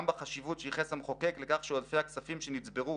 בחשיבות שייחס המחוקק לכך שעודפי הכספים שנצברו